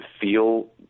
feel